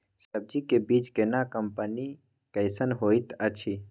सब्जी के बीज केना कंपनी कैसन होयत अछि?